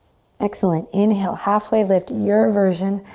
excellent, inhale, halfway lift, your version,